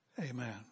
Amen